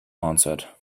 answered